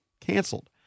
canceled